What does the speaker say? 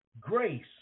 Grace